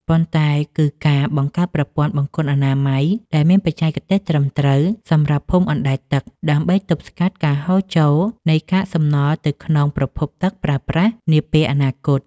ប៉ុន្តែគឺការបង្កើតប្រព័ន្ធបង្គន់អនាម័យដែលមានបច្ចេកទេសត្រឹមត្រូវសម្រាប់ភូមិអណ្តែតទឹក ដើម្បីទប់ស្កាត់ការហូរចូលនៃកាកសំណល់ទៅក្នុងប្រភពទឹកប្រើប្រាស់នាពេលអនាគត។